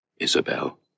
Isabel